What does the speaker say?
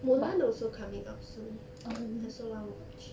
mulan also coming out soon I also want watch